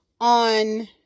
on